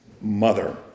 mother